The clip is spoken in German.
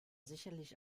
sicherlich